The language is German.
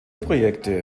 projekte